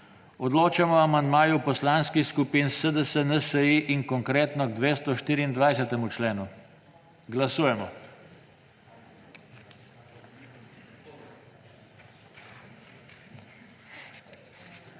Odločamo o amandmaju poslanskih skupin SDS, NSi in Konkretno k 224. členu. Glasujemo.